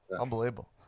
unbelievable